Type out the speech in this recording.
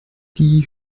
die